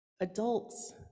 adults